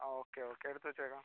okay okay എടുത്ത് വെച്ചേക്കാം